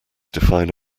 define